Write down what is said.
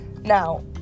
Now